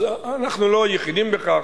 אז אנחנו לא היחידים בכך,